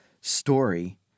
story